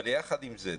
אבל יחד עם זה,